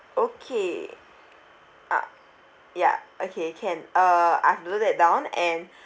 okay ah ya okay can uh I've noted that down and